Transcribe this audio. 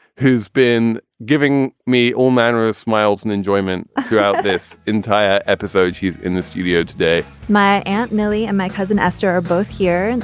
who's been giving me all manner of smiles and enjoyment throughout this entire episode. she's in the studio today my aunt millie and my cousin esther are both here. and